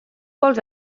vols